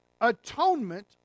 atonement